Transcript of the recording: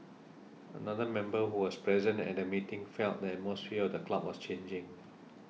another member who was present at the meeting felt the atmosphere the club was changing